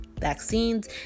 vaccines